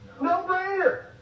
No-brainer